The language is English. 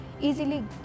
easily